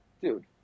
dude